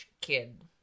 kid